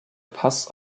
pass